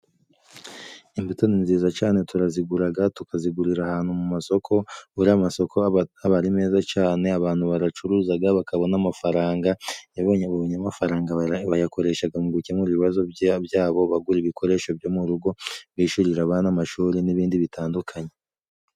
Imbuto ni nziza cyane turaziguraga, tukazigurira ahantu mu masoko. Buriya amasosoko aba ari meza cane, abantu baracuruzaga bakabona amafaranga, iyo babonye amafaranga bayakoreshaga mu gukemura ibibazo byabo. Bagura ibikoresho byo mu rugo, bishyurira abana amashuri, n'ibindi bitandukanye.